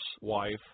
wife